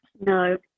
No